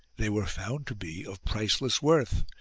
they were found to be of priceless worth,